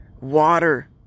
water